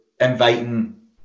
inviting